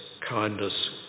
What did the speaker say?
kindness